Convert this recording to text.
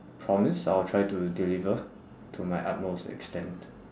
promise I will try to deliver to my utmost extent